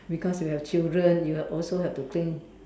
because you have children you will also have to clean